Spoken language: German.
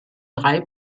drei